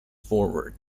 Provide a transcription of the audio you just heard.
forward